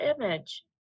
image